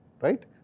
right